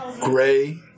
gray